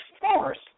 force